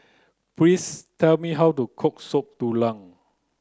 please tell me how to cook soup Tulang